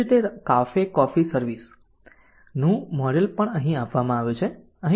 તેવી જ રીતે કાફે કોફી સર્વિસ નું મોડેલ પણ અહીં આપવામાં આવ્યું છે